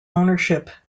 ownership